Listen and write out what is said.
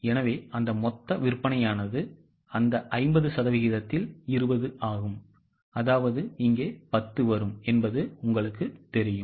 எனவே அந்த மொத்த விற்பனையானது அந்த 50 சதவீதத்தில் 20 ஆகும் அதாவது இங்கே 10 வரும் என்பது உங்களுக்குத் தெரியும்